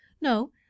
No